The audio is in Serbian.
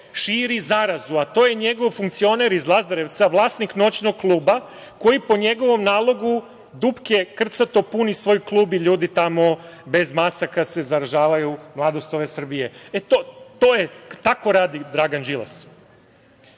širi zarazu. To je njegov funkcioner iz Lazarevca, vlasnik noćnog kluba koji po njegovom nalogu dupke krcato puni svoj klub i ljudi tamo bez maski se zaražavaju, mladost ove Srbije. Tako radi Dragan Đilas.